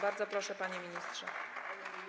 Bardzo proszę, panie ministrze.